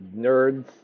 nerds